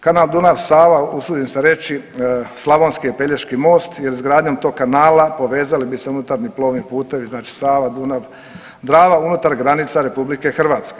Kanal Dunav-Sava usudim se reći slavonski je Pelješki most jer izgradnjom tog kanala povezali bi se unutarnji plovni putevi, znači Sava, Dunav, Drava unutar granica RH.